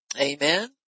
Amen